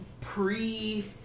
pre